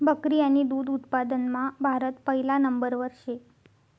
बकरी आणि दुध उत्पादनमा भारत पहिला नंबरवर शे